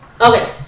Okay